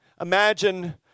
imagine